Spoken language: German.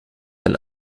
ein